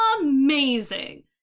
amazing